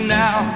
now